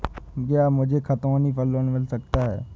क्या मुझे खतौनी पर लोन मिल सकता है?